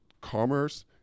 commerce